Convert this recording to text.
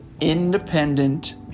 independent